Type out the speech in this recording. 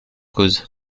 cause